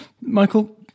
Michael